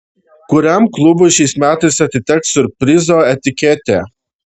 kuriam klubui šiais metais atiteks siurprizo etiketė